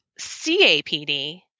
CAPD